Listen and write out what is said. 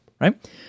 right